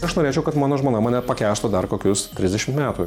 aš norėčiau kad mano žmona mane pakęstų dar kokius trisdešimt metų